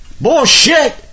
Bullshit